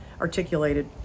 articulated